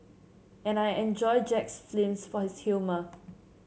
and I enjoy Jack's films for his humour